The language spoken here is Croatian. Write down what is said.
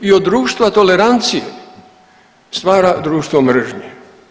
I od društva tolerancije stvara društvo mržnje.